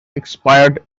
expired